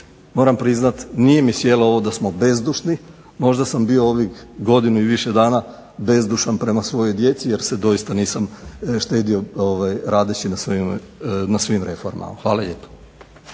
moram priznati nije mi sjelo ovo da smo bezdušni, možda sam bio ovih godinu i više dana bezdušan prema svojoj djeci jer se doista nisam štedio radeći na svim reformama. Hvala lijepo.